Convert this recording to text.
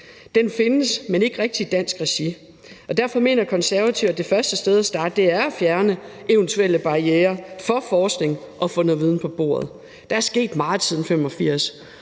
Den findes, men ikke rigtig i dansk regi. Derfor mener Konservative, at det første sted at starte er at fjerne eventuelle barrierer for forskning og at få noget viden på bordet. Der er sket meget siden 1985,